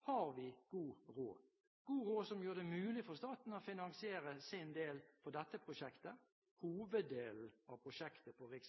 har vi god råd – god råd som gjør det mulig for staten å finansiere sin del av dette prosjektet: hoveddelen av prosjektet på fv.